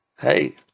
Hey